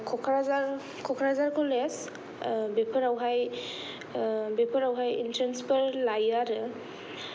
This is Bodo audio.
क'क्राझार कलेज बेफोरावहाय इनट्रेनसफोर लायो आरो